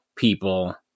People